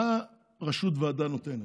מה רשות ועדה נותנת,